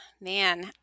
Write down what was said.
man